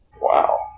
Wow